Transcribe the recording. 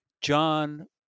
John